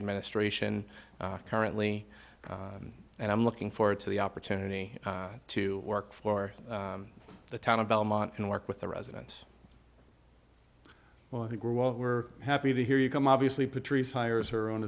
administration currently and i'm looking forward to the opportunity to work for the town of belmont and work with the residents well i think we're well we're happy to hear you come obviously patrice hires her own